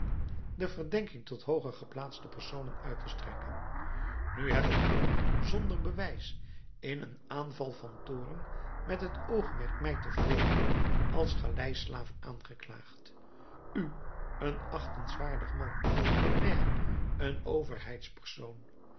de verdenking tot hooger geplaatste personen uit te strekken nu heb ik u zonder bewijs in een aanval van toorn met het oogmerk mij te wreken als galeislaaf aangeklaagd u een achtenswaardig man een maire een